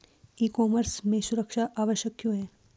ई commerce में सुरक्षा आवश्यक क्यों है?